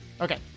Okay